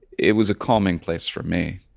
it was a calming place for me.